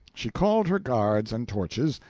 she called her guards and torches,